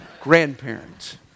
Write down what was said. Grandparents